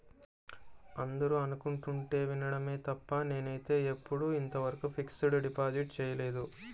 అందరూ అనుకుంటుంటే వినడమే తప్ప నేనైతే ఎప్పుడూ ఇంతవరకు ఫిక్స్డ్ డిపాజిట్ చేయలేదు